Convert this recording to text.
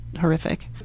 horrific